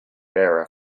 bearer